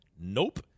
Nope